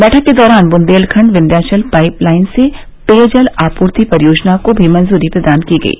बैठक के दौरान वुंदेलखंड विध्यांचल पाईप लाइन से पेयजल आपूर्ति परियोजना को भी मंजूरी प्रदान की गयी